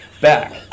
back